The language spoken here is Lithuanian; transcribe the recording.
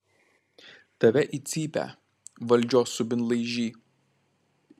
tave į cypę valdžios subinlaižy